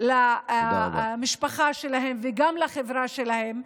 להיות תורמים למשפחה שלהם וגם לחברה שלהם,